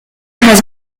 has